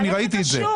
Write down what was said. אני ראיתי את זה,